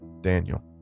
Daniel